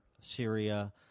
Syria